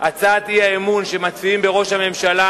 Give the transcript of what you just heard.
את הצעת האי-אמון בראש הממשלה